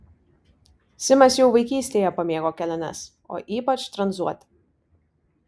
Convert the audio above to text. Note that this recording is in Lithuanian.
simas jau vaikystėje pamėgo keliones o ypač tranzuoti